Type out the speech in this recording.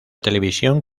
televisión